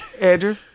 Andrew